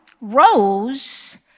Rose